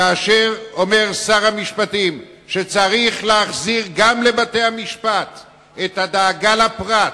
כאשר שר המשפטים אומר שצריך להחזיר גם לבתי-המשפט את הדאגה לפרט,